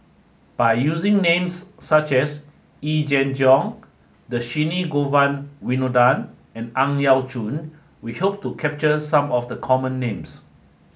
by using names such as Yee Jenn Jong Dhershini Govin Winodan and Ang Yau Choon we hope to capture some of the common names